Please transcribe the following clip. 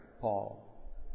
Paul